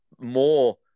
more